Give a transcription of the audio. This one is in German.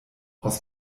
aus